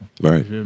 right